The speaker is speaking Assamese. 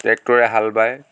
ট্ৰেক্টৰে হাল বায়